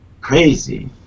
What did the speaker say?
crazy